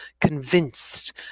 convinced